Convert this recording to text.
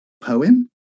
Poem